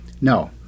No